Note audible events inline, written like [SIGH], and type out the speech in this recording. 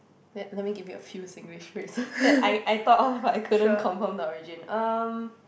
let let me give you a few Singlish phrases [LAUGHS] that I I thought of but I couldn't confirm the origin um